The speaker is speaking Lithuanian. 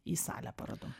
į salę parodų